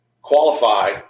qualify